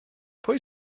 pwy